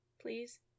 Please